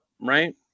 right